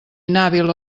inhàbil